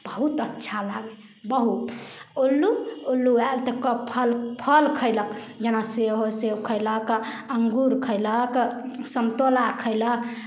बहुत अच्छा लागै हइ बहुत उल्लू उल्लू आयल तऽ क् फल फल खयलक जेना सेब हइ सेब खयलक अंगूर खयलक समतोला खयलक